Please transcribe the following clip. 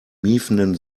miefenden